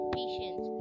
patience